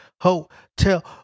hotel